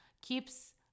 keeps